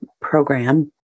program